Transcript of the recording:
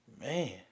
man